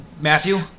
Matthew